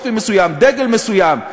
דגל מסוים,